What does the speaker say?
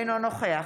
אינו נוכח